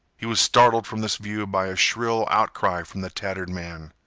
he was startled from this view by a shrill outcry from the tattered man.